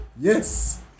Yes